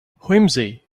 whimsy